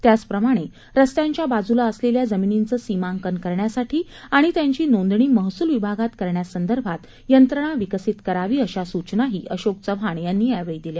त्याचप्रमाणे रस्त्यांच्या बाजूला असलेल्या जमिनींचं सीमांकन करण्यासाठी आणि त्याची नोंदणी महसूल विभागात करण्यासंदर्भात यंत्रणा विकसित करावी अशा सूचनाही अशोक चव्हाण यांनी यावेळी दिल्या